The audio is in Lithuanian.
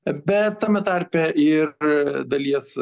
bet tame tarpe ir dalies